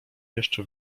jeszcze